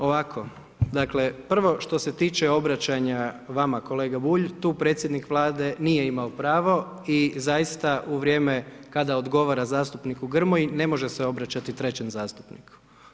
Ovako prvo što se tiče obraćanja vama kolega Bulj, tu predsjednik Vlade nije imao pravo i zaista u vrijeme kada odgovara zastupniku Grmoji, ne može se obraćati trećem zastupniku.